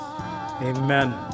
Amen